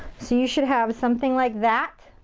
so, you should have something like that.